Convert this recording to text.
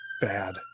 bad